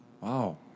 Wow